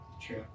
True